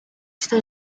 está